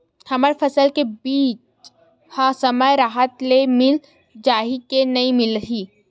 हमर फसल के बीज ह समय राहत ले मिल जाही के नी मिलही?